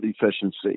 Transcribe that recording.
efficiency